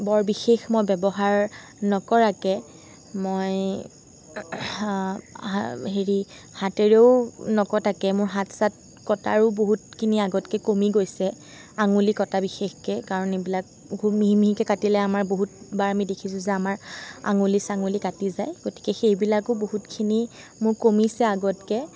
বৰ বিশেষ মই ব্যৱহাৰ নকৰাকৈ মই হেৰি হাতেৰেও নকটাকৈ মোৰ হাত ছাট কটাৰো বহুতখিনি আগতকৈ কমি গৈছে আঙুলি কটা বিশেষকৈ কাৰণ এইবিলাক খুব মিহি মিহিকৈ কাটিলে আমাৰ বহুতবাৰ আমি দেখিছোঁ যে আমাৰ আঙুলি চাঙুলি কাটি যায় গতিকে সেইবিলাকো বহুতখিনি মোৰ কমিছে আগতকৈ